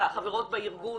החברות בארגון